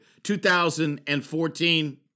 2014